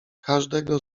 każdego